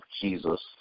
Jesus